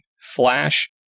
flash